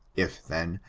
if, then,